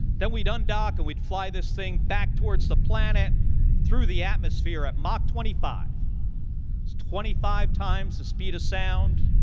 then we'd undock and we'd fly this thing back towards the planet through the atmosphere at mach twenty five. it's twenty five times the speed of sound.